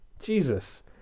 Jesus